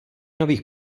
nových